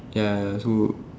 ya so